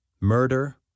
murder